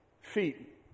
feet